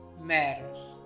matters